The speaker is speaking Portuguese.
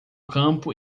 campo